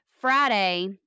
Friday